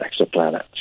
exoplanets